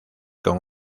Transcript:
con